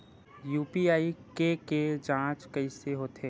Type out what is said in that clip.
UPI के के जांच कइसे होथे?